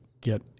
get